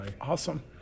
awesome